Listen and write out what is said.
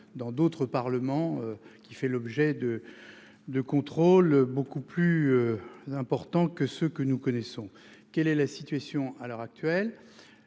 dans d'autres parlements qui fait l'objet de. 2 contrôles beaucoup plus. Importants que ce que nous connaissons. Quelle est la situation à l'heure actuelle.